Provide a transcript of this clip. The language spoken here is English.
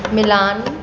Milan